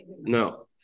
No